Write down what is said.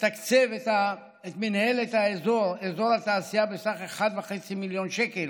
לתקצב את מינהלת אזור התעשייה בסך 1.5 מיליון שקל,